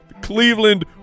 Cleveland